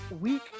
week